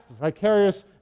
vicarious